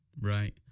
right